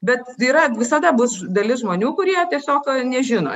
bet yra visada bus dalis žmonių kurie tiesiog nežino